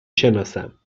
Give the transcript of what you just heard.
شناسم